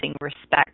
respect